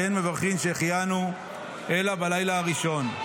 שאין מברכין שהחיינו אלא בלילה הראשון.